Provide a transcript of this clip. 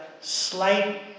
slight